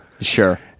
sure